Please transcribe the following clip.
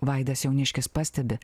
vaidas jauniškis pastebi